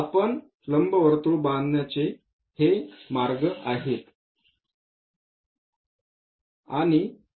आपण लंबवर्तुळाकार बांधण्याचे हे मार्ग आहेत